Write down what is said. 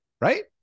right